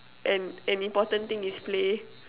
and and important thing is play